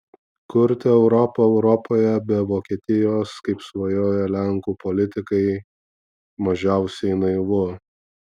kurti europą europoje be vokietijos kaip svajoja lenkų politikai mažiausiai naivu